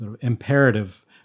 imperative